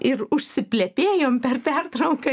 ir užsiplepėjom per pertrauką